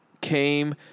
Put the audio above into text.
came